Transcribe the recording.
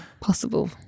possible